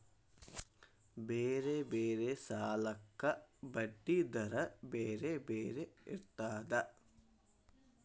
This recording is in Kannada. ಬೇರೆ ಬೇರೆ ಸಾಲಕ್ಕ ಬಡ್ಡಿ ದರಾ ಬೇರೆ ಬೇರೆ ಇರ್ತದಾ?